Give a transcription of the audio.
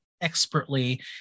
expertly